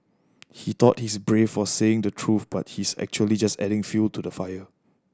he thought he's brave for saying the truth but he's actually just adding fuel to the fire